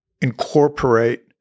incorporate